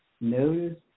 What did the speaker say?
notice